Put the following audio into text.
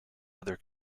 other